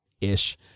ish